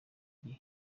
gihe